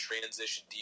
transition